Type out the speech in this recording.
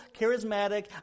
charismatic